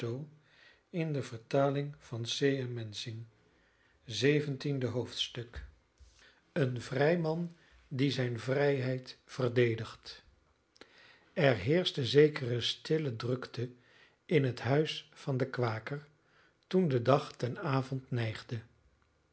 een vrij man die zijne vrijheid verdedigt er heerschte zekere stille drukte in het huis van den kwaker toen de dag ten avond neigde